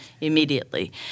immediately